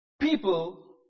people